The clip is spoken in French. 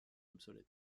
obsolète